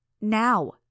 Now